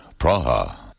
Praha